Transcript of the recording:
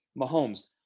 Mahomes